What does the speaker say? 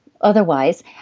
otherwise